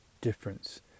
difference